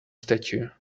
statue